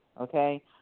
okay